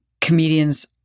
comedians